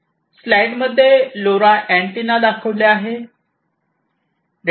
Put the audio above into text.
slide मध्ये LoRa antenna दाखविली आहे